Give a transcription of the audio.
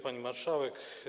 Pani Marszałek!